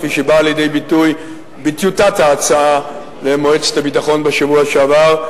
כפי שבאה לידי ביטוי בטיוטת ההצעה במועצת הביטחון בשבוע שעבר,